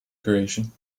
creation